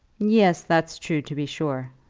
yes, that's true, to be sure,